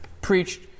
preached